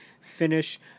finish